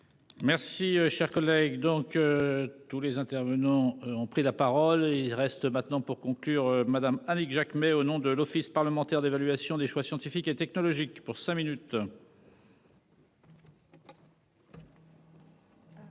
Merci cher collègue donc. Tous les intervenants ont pris la parole. Il reste maintenant pour conclure madame Annick Jacquemet au nom de l'Office parlementaire d'évaluation des choix scientifiques et technologiques pour cinq minutes.